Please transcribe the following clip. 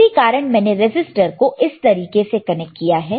इसी कारण मैंने रजिस्टर को इस तरीके से कनेक्ट किया है